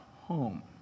home